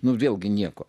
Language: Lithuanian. nu vėlgi nieko